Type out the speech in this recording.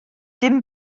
dim